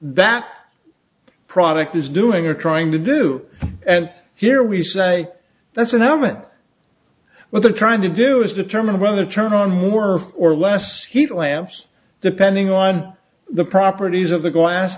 that product is doing or trying to do and here we say that's an element well they're trying to do is determine whether to turn on more or less heat lamps depending on the properties of the glass